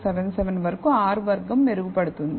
8077 వరకు R వర్గం మెరుగుపడుతుంది